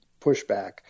pushback